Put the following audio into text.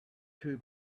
two